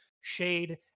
shade